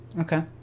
okay